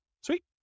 Sweet